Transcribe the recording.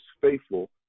faithful